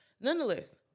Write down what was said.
nonetheless